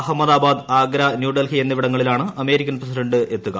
അഹമ്മദാബാദ് ആഗ്ര ന്യൂഡൽഹി എന്നിവിടങ്ങളിലാണ് American president എത്തുക